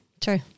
true